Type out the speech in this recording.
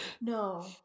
No